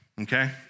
okay